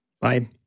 bye